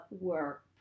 work